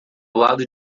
lado